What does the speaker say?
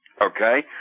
Okay